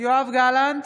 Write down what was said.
יואב גלנט,